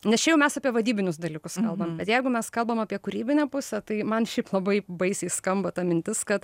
nes čia jau mes apie vadybinius dalykus kalbam bet jeigu mes kalbam apie kūrybinę pusę tai man šiaip labai baisiai skamba ta mintis kad